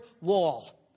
wall